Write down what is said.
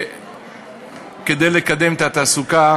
כדי לקדם את התעסוקה